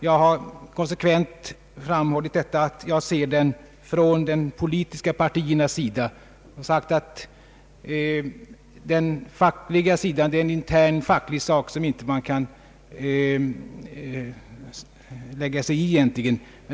Jag har konsekvent framhållit att jag ser den från de politiska partiernas sida, och jag har sagt att den fackliga sidan är en intern angelägenhet som vi här inte kan lägga oss i.